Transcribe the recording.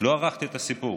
לא ערכתי את הסיפור.